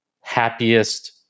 happiest